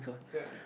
ya